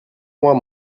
mois